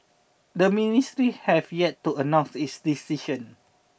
the ministry have yet to announce its decision